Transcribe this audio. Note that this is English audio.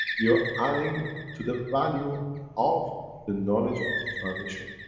you're adding to the value of the knowledge of the foundation.